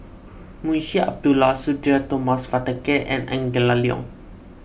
Munshi Abdullah Sudhir Thomas Vadaketh and Angela Liong